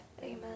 Amen